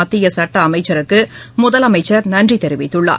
மத்திய சட்ட அமைச்சருக்கு முதலமைச்சர் நன்றி தெரிவித்துள்ளார்